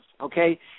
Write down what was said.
Okay